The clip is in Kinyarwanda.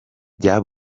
bya